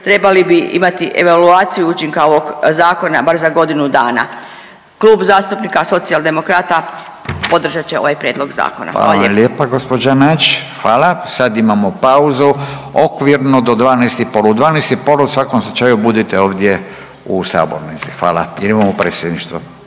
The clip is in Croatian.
trebali bi imati evaluaciju učinka ovog zakona bar za godinu dana. Klub zastupnika Socijaldemokrata podržat će ovaj prijedlog zakona. Hvala lijepa. **Radin, Furio (Nezavisni)** Hvala vam lijepa gospođo Nađ. Hvala. Sad imamo pauzu okvirno do 12 i pol. U 12 i pol u svakom slučaju budite ovdje u sabornici. Hvala. Jer imamo predsjedništvo.